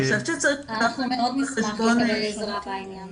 אנחנו מאוד נשמח לקבל עזרה בעניין.